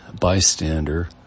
bystander